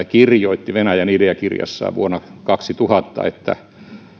kirjoitti venäjän idea kirjassaan vuonna kaksituhattayksi että